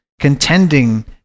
contending